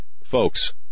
folks